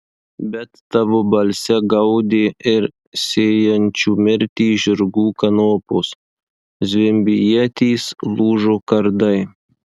bet tavo balse gaudė ir sėjančių mirtį žirgų kanopos zvimbė ietys lūžo kardai